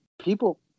people